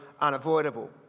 unavoidable